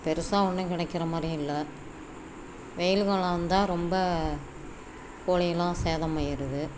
பெருசாக ஒன்றும் கிடைக்கிற மாதிரி இல்லை வெயில் காலம் வந்தால் ரொம்ப கோழியிலாம் சேதம் ஆகிருது